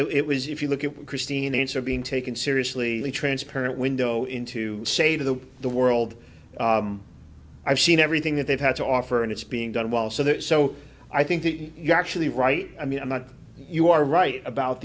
about it was if you look at christine answer being taken seriously transparent window into say the the world i've seen everything that they've had to offer and it's being done well so that so i think you're actually right i mean i'm not you are right about